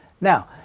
Now